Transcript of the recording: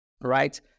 right